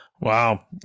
Wow